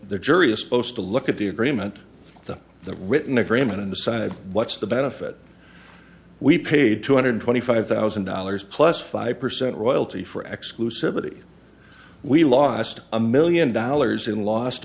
the jury a supposed to look at the agreement that the written agreement and decide what's the benefit we paid two hundred twenty five thousand dollars plus five percent royalty for exclusivity we lost a million dollars in lost